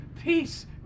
Peace